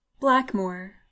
blackmore